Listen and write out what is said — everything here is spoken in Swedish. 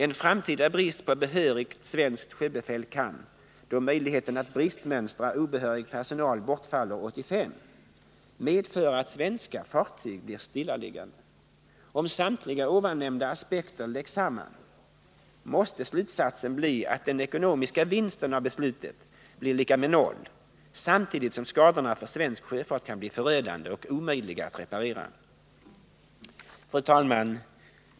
En framtida brist på behörigt svenskt sjöbefäl kan, då möjligheten att bristmönstra obehörig personal bortfaller 1985, medföra att svenska fartyg blir stillaliggande. Om samtliga nämnda aspekter läggs samman, måste slutsatsen bli att den ekonomiska vinsten av beslutet blir lika med noll samtidigt som skadorna för svensk sjöfart kan bli förödande och omöjliga att reparera. Fru talman!